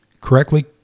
Correctly